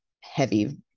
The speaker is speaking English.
heavy